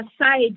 aside